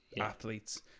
athletes